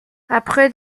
après